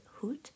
hood